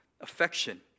Affection